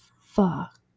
fuck